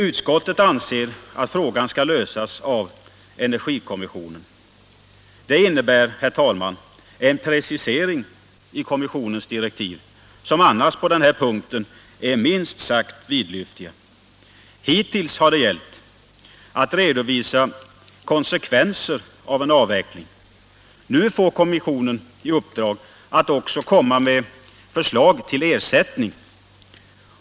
Utskottet anser att frågan skall lösas av energikommissionen. Detta innebär, herr talman, en precisering av kommissionens direktiv, som annars på den här punkten är minst sagt vidlyftiga. Hittills har det gällt att redovisa konsekvenser av en avveckling. Nu får kommissionen i uppdrag att också komma med förslag till ersättning.